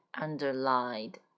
underlined